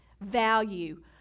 value